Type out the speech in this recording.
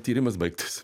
tyrimas baigtas